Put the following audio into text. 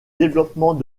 développement